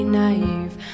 naive